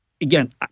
again